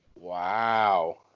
Wow